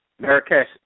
Marrakesh